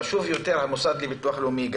חשוב יותר המוסד לביטוח הלאומי.